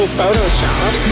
Photoshop